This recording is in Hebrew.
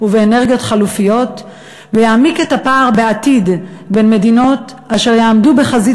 ובאנרגיות חלופיות ויעמיק בעתיד את הפער בין מדינות אשר יעמדו בחזית